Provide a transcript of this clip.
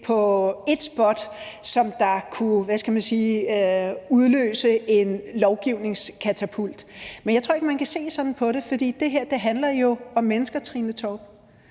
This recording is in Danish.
på ét spot, som kunne udløse en lovgivningskatapult. Men jeg tror ikke, man kan se sådan på det, for det her handler jo om mennesker, Trine Torp.